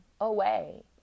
away